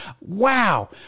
wow